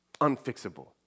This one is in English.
unfixable